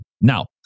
Now